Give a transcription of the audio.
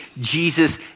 Jesus